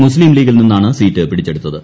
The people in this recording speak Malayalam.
മുസ്തീംലീഗിൽ നിന്നാണ് സീറ്റ് പിടിച്ചെടുത്തത്